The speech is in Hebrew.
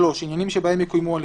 3. עניינים שבהם יקוימו הליכים.